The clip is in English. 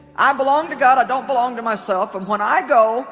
i belong to god. i don't belong to myself and when i go